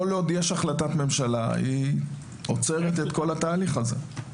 כל עוד יש החלטת ממשלה היא עוצרת את כל התהליך הזה.